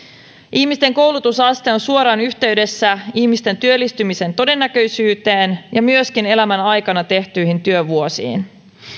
ihmisten koulutusaste on suoraan yhteydessä ihmisten työllistymisen todennäköisyyteen ja myöskin elämän aikana tehtyihin työvuosiin